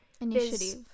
initiative